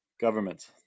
government